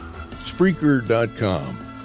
Spreaker.com